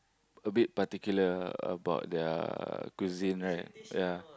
a bit particular about their cuisine right ya